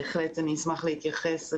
בהחלט אני אשמח להתייחס.